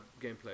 gameplay